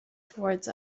towards